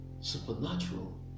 supernatural